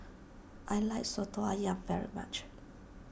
I like Soto Ayam very much